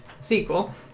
sequel